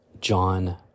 John